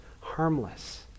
harmless